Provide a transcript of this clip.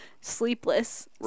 sleepless